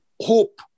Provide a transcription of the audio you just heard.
hope